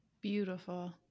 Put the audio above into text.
Beautiful